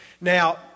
Now